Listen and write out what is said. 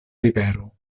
rivero